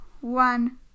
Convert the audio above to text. one